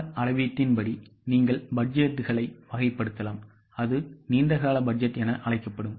கால அளவீட்டின் படி நீங்கள் பட்ஜெட்களை வகைப்படுத்தலாம் அது நீண்ட கால பட்ஜெட் என அழைக்கப்படும்